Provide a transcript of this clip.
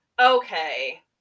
okay